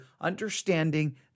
understanding